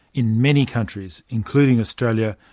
in many countries, including australia,